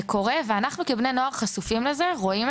הדבר הזה קורה ואנחנו כבני נוער חשופים לזה,